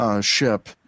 Ship